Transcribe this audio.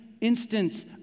instance